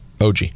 OG